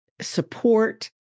Support